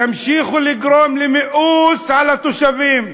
תמשיכו לגרום למיאוס בקרב התושבים.